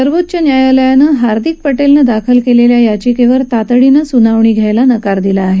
सर्वोच्च न्यायालयानं हार्दिक पटेलनं दाखल केलेल्या याचिकेवर तातडीनं सूनावणी घ्यायला नकार दिला आहे